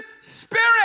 spirit